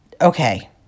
Okay